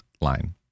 line